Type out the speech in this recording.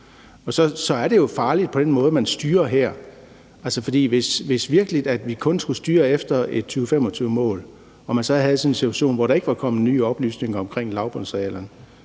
Det er jo farligt med den måde, man styrer her, for hvis vi virkelig kun skulle styre efter et 2025-mål og man så havde sådan en situation, hvor der ikke var kommet nye oplysninger om lavbundsarealerne,